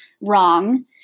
wrong